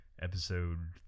episode